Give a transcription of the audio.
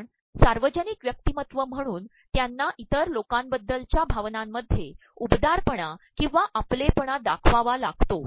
कारण सावयजतनक व्यप्क्तमत्त्व म्हणून त्यांना इतर लोकांबद्दलच्या भावनांमध्ये उबदारपणा ककंवा आपलेपणा दाखवावा लागतो